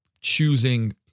choosing